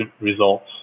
results